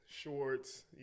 shorts